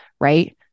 right